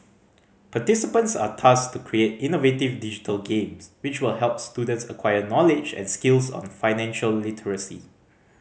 participants are tasked to create innovative digital games which will help students acquire knowledge and skills on financial literacy